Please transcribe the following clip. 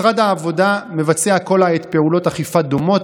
משרד העבודה מבצע כל העת פעולות אכיפה דומות,